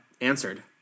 answered